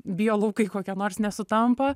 biolaukai kokie nors nesutampa